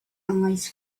eyes